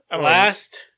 last